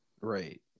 Right